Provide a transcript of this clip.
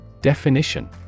definition